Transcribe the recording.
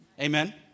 Amen